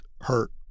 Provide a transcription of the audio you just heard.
hurt